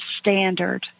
standard